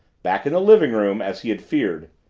back in the living-room, as he had feared,